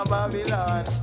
Babylon